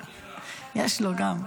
יש לו גם.